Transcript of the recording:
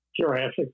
Jurassic